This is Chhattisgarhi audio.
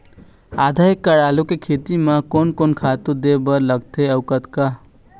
आधा एकड़ आलू के खेती म कोन कोन खातू दे बर लगथे अऊ कतका?